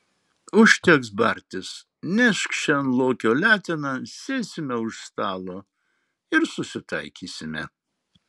užteks bartis nešk šen lokio leteną sėsime už stalo ir susitaikysime